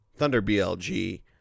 ThunderBLG